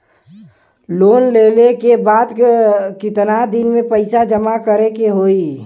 Loan लेले के बाद कितना दिन में पैसा जमा करे के होई?